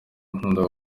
nkunda